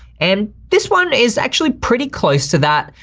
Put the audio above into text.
and this one is actually pretty close to that.